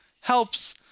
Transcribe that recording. helps